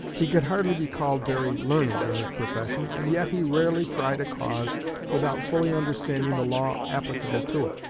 he could hardly be called very learned in his profession, and yet he rarely tried a cause without fully understanding the law applicable to it.